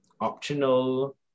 Optional